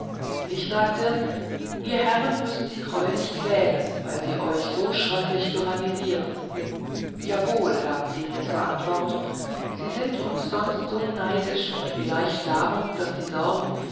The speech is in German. ich sagte ihr herren müßt sie greulich quälen weil sie euch so schröcklich tyrannisieren jawohl gaben sie mir zur antwort sie sind uns sonst so neidig und vielleicht darum daß sie sorgen